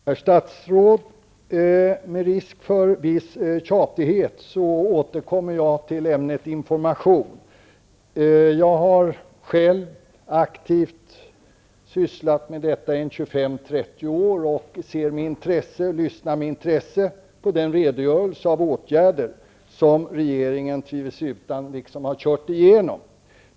Herr talman! Med risk för viss tjatighet återkommer jag, herr statsråd, till ämnet information. Jag har själv aktivt sysslat med sådan verksamhet 25--30 år och har med intresse lyssnat på redogörelsen för åtgärder som regeringen tvivelsutan har vidtagit.